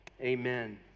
Amen